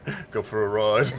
go for a ride.